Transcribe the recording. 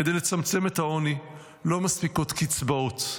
כדי לצמצם את העוני לא מספיקות קצבאות.